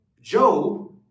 Job